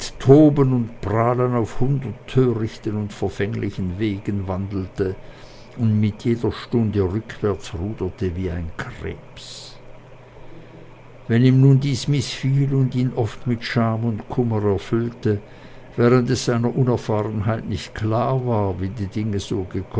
toben und prahlen